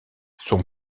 son